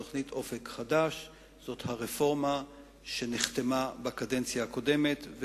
תוכנית "אופק חדש" היא הרפורמה שנחתמה בקדנציה הקודמת,